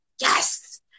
yes